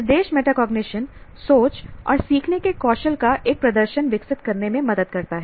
निर्देश मेटाकॉग्निशन सोच और सीखने के कौशल का एक प्रदर्शन विकसित करने में मदद करता है